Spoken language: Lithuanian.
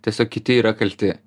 tiesiog kiti yra kalti